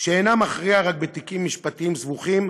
שאינה מכריעה רק בתיקים משפטיים סבוכים